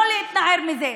לא להתנער מזה.